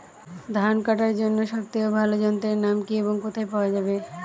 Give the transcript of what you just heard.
ধান কাটার জন্য সব থেকে ভালো যন্ত্রের নাম কি এবং কোথায় পাওয়া যাবে?